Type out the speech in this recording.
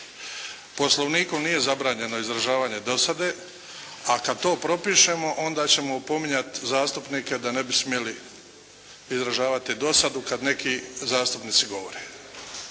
Poslovnikom nije zabranjeno izražavanje dosade, a kada to propišemo onda ćemo opominjati zastupnike da ne bi smjeli izražavati dosadu kada neki zastupnici govore.